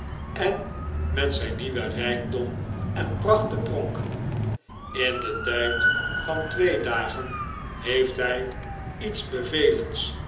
en met zijn nieuwen rijkdom en pracht te pronken in den tijd van twee dagen heeft hij iets bevelends